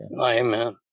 amen